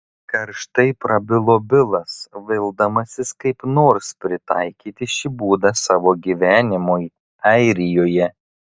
karštai prabilo bilas vildamasis kaip nors pritaikyti šį būdą savo gyvenimui airijoje